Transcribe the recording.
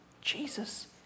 Jesus